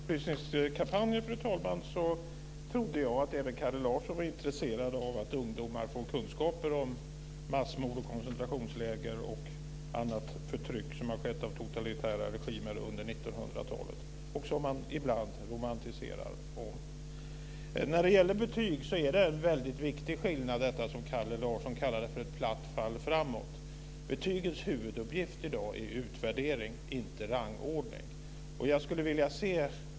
Fru talman! När det gäller upplysningskampanjer trodde jag att även Kalle Larsson var intresserad av att ungdomar får kunskaper om massmord, koncentrationsläger och andra utslag av förtryck som har förekommit under totalitära regimer under 1900-talet och som man ibland romantiserar. När det gäller betyg är det en väldigt viktig skillnad mellan det som Kalle Larsson kallade ett platt fall framåt och betygens huvuduppgift i dag, som är utvärdering, inte rangordning.